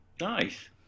Nice